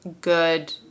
good